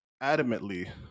adamantly